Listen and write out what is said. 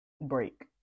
break